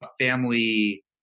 family